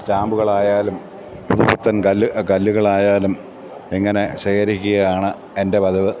സ്റ്റാമ്പുകളായാലും പുതുപുത്തൻ കല്ലുകളായാലും ഇങ്ങനെ ശേഖരിക്കുകയാണ് എൻ്റെ പതിവ്